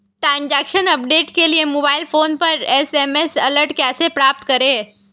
Transaction update के लिए mobile phone पर एस.एम.एस अलर्ट कैसे प्राप्त करें?